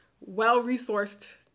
well-resourced